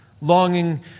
longing